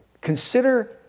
consider